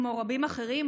כמו רבים אחרים,